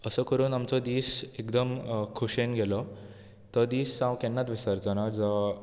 असो करून आमचो दीस एकदम खुशयेन गेलो तो दीस हांव केन्नात विसरचो ना जो